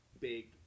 big